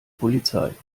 polizei